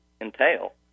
entail